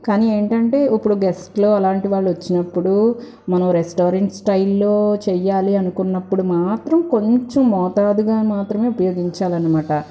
కానీ ఏంటంటే ఇప్పుడు గెస్టులు అలాంటి వాళ్ళొచ్చినపుడు మనం రెస్టారెంట్ స్టైల్లో చేయాలని అనుకున్నప్పుడు మాత్రం కొంచెం మోతాదుగా మాత్రమే ఉపయోగించాలనమాట